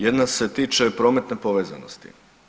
Jedna se tiče prometne povezanosti.